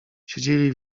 siedzieli